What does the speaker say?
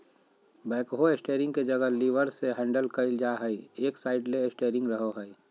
backhoe steering के जगह levers से हैंडल कइल जा हइ, एक साइड ले स्टेयरिंग रहो हइ